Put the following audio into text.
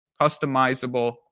customizable